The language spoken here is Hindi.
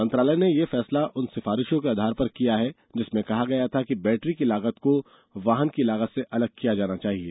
मंत्रालय ने यह फैसला उन सिफारिशों के आधार पर किया है जिसमें कहा गया था कि बैटरी की लागत को वाहन की लागत से अलग किया जाना चाहिए